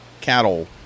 cattle